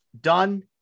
done